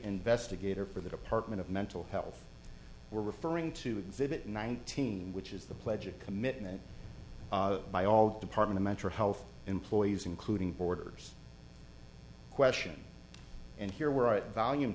investigator for the department of mental health we're referring to exhibit nineteen which is the pledge of commitment by all department metro health employees including borders question and here where a volume